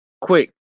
quick